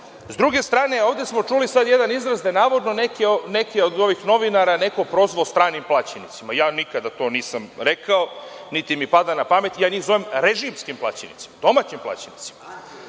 druge strane, a ovde smo čuli jedan izraz da je navodno neko neke novinare prozvao stranim plaćenicima. Ja nikada to nisam rekao, niti mi pada na pamet. Ja njih zovem režimskim plaćenicima, domaćim plaćenicima,